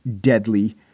deadly